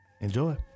Enjoy